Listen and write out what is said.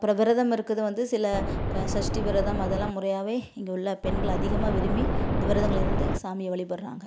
அப்புறோம் விரதம் இருக்கறது வந்து சில க சஷ்டி விரதம் அதெல்லாம் முறையாகவே இங்கே உள்ள பெண்கள் அதிகமாக விரும்பி இந்த விரதங்கள் இருந்து சாமியை வழிபடறாங்க